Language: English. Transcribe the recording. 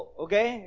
okay